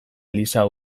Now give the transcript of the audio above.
eliza